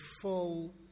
full